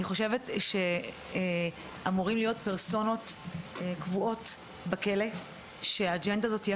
אני חושבת שאמורות להיות פרסונות קבועות בכלא שהאג'נדה הזאת תהיה